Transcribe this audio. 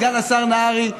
סגן השר נהרי,